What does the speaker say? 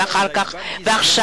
ועכשיו,